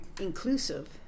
inclusive